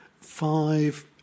five